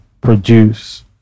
produce